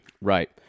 Right